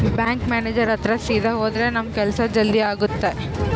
bank manager ಹತ್ರ ಸೀದಾ ಹೋದ್ರ ನಮ್ ಕೆಲ್ಸ ಜಲ್ದಿ ಆಗುತ್ತೆ